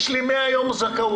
יש לי 100 יום זכאות.